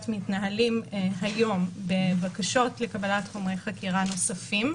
מתנהלים היום בבקשות לקבלת חומרי חקירה נוספים,